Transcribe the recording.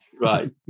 right